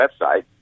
website